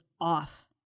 off